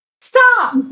Stop